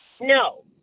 No